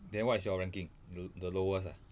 then what is your ranking l~ the lowest ah